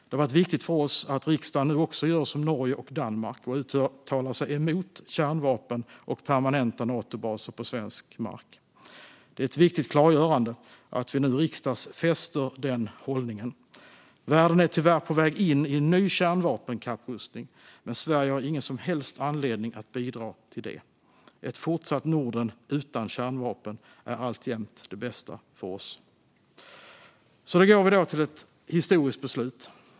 Det har varit viktigt för oss att riksdagen nu också gör som Norge och Danmark och uttalar sig emot kärnvapen och permanenta Natobaser på svensk mark. Det är ett viktigt klargörande att vi nu riksdagsfäster den hållningen. Världen är tyvärr på väg in i en ny kärnvapenkapprustning, men Sverige har ingen som helst anledning att bidra till det. Ett fortsatt Norden utan kärnvapen är alltjämt det bästa för oss. Så går vi då till ett historiskt beslut.